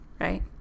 right